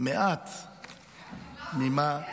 מעט ממה, כן.